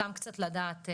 סתם קצת לדעת.